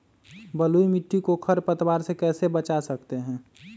बलुई मिट्टी को खर पतवार से कैसे बच्चा सकते हैँ?